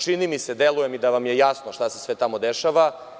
Čini mi se, odnosno deluje mi da vam je jasno šta se sve tamo dešava.